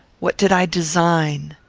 what did i design?